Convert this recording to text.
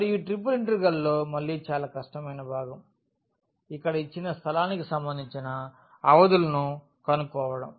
మరియు ఈ ట్రిపుల్ ఇంటిగ్రల్లో మళ్ళీ చాలా కష్టమైన భాగం ఇక్కడ ఇచ్చిన స్థలానికి సంబంధించిన అవధులను కనుగొనడం